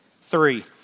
Three